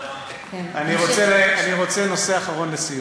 אני רוצה, נושא אחרון לסיום.